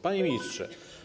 Panie Ministrze!